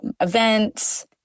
events